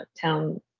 town